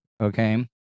okay